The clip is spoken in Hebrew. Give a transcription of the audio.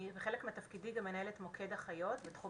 אני כחלק מתפקידי גם מנהלת מוקד אחיות בתחום